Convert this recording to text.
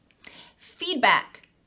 Feedback